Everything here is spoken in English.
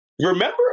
Remember